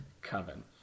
Coven